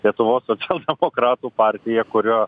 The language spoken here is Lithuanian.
lietuvos socialdemokratų partija kurio